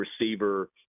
receiver